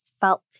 felt